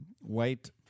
white